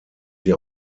sie